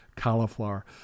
cauliflower